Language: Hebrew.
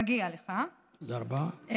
מגיע לך, תודה רבה.